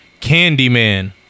Candyman